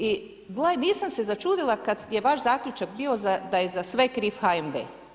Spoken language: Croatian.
I nisam se začudila kad je vaš zaključak bio da je za sve kriv HNB.